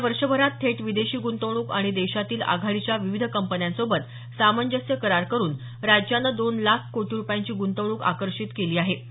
गेल्या वर्षभरात थेट विदेशी गुंतवणूक आणि देशातील आघाडीच्या विविध कंपन्यांसोबत सामंजस्य करार करुन राज्यानं दोन लाख कोटी रुपयांची ग्रंतवणूक आकर्षित केली आहे